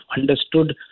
understood